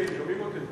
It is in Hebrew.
שלומית, שומעים אותי?